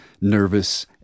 Nervous